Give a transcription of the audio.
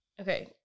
Okay